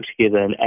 together